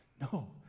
no